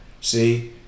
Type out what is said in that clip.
see